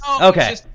okay